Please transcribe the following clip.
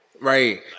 Right